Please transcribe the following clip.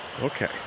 Okay